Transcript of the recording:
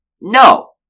No